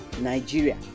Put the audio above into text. Nigeria